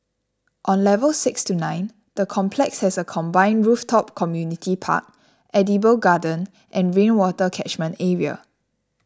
on levels six to nine the complex has a combined rooftop community park edible garden and rainwater catchment area